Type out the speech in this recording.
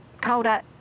colder